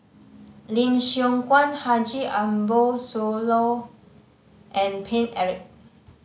Lim Siong Guan Haji Ambo Sooloh and Paine Eric